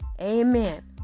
Amen